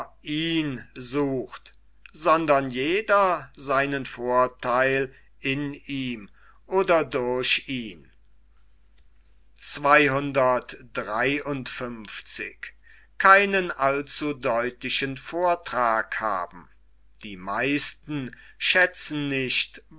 ihn sucht sondern jeder seinen vortheil in ihm oder durch ihn die meisten schätzen nicht